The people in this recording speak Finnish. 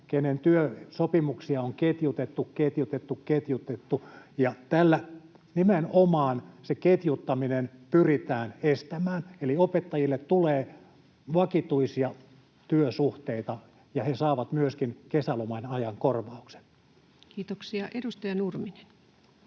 kenen työsopimuksia on ketjutettu, ketjutettu ja ketjutettu, ja tällä nimenomaan se ketjuttaminen pyritään estämään. Eli opettajille tulee vakituisia työsuhteita, ja he saavat myöskin kesäloman ajan korvauksen. [Speech 155] Speaker: